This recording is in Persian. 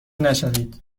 نشوید